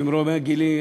ממרומי גילי,